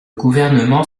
gouvernement